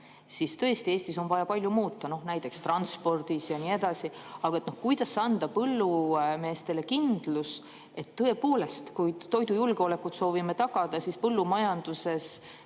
siis tõesti, Eestis on vaja palju muuta, näiteks transpordis ja nii edasi. Aga kuidas anda põllumeestele kindlust, et kui me soovime toidujulgeolekut tagada, siis põllumajanduses